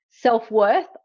Self-worth